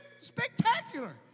spectacular